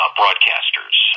broadcasters